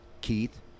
keith